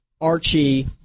Archie